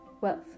wealth